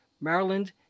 Maryland